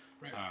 Right